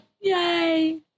Yay